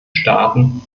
staaten